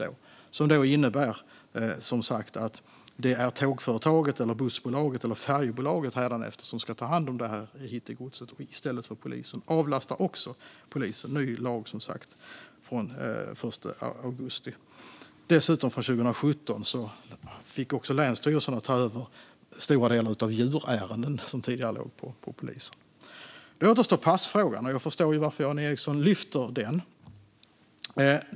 Lagen innebär, som sagt, att det hädanefter är tågföretaget, bussbolaget eller färjebolaget som ska ta hand om hittegodset i stället för polisen. Det avlastar också polisen. Det är en ny lag, som sagt, från den 1 augusti. Dessutom fick länsstyrelserna från 2017 ta över stora delar av djurärendena, som tidigare låg på polisen. Då återstår passfrågan. Jag förstår varför Jan Ericson lyfter den.